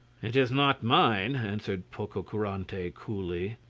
it is not mine, answered pococurante coolly.